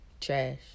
Trash